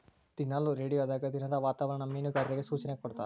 ದಿನಾಲು ರೇಡಿಯೋದಾಗ ದಿನದ ವಾತಾವರಣ ಮೀನುಗಾರರಿಗೆ ಸೂಚನೆ ಕೊಡ್ತಾರ